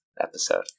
episode